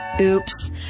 Oops